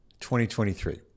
2023